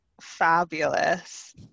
fabulous